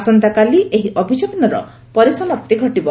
ଆସନ୍ତାକାଲି ଏହି ଅଭିଯାନର ପରିସମାପ୍ତି ଘଟିବ